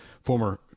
former